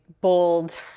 bold